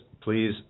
Please